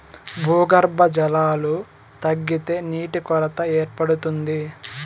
భూగర్భ జలాలు తగ్గితే నీటి కొరత ఏర్పడుతుంది